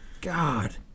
God